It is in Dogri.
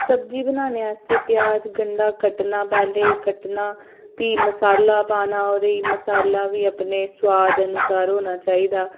सब्जी बनाने आस्तै प्याज गंढा कट्टना पैह्ले कट्टना फ्ही मसाला पाना ओह्दे च मसाला बी फ्ही अपने सोआद अनुसार होना चाहिदा